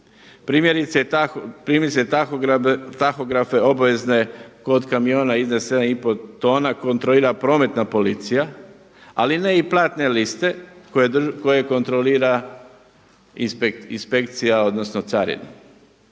Primjerice tahografe obvezne kod kamiona iznad 7 i pol tona kontrolira prometna policija, ali ne i platne liste koje kontrolira inspekcija, odnosno carina.